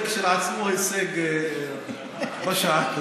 זה כשלעצמו הישג בשעה כזאת.